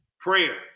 prayer